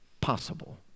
possible